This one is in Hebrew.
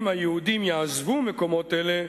אם היהודים יעזבו מקומות אלה,